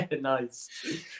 nice